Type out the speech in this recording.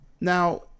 now